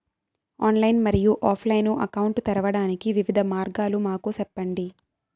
Online మరియు offline account తెరవడానికి వివిధ మార్గాలు మాకు సెప్పండి?